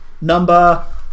number